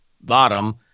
bottom